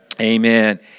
amen